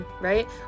Right